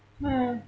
mm